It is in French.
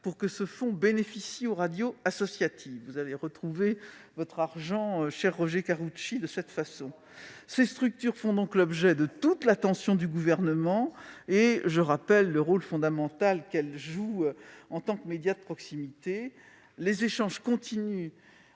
pour que ce fonds bénéficie aux radios associatives. Vous allez retrouver votre argent, cher Roger Karoutchi, de cette façon. Ces structures font l'objet de toute l'attention du Gouvernement, et je rappelle le rôle fondamental qu'elles jouent en tant que médias de proximité. Les échanges continuent